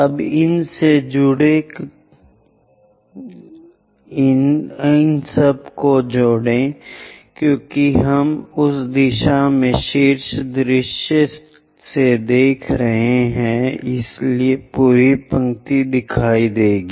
अब इनसे जुड़ें क्योंकि हम उस दिशा में शीर्ष दृश्य से देख रहे हैं इसलिए पूरी पंक्ति दिखाई देगी